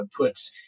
outputs